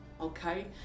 okay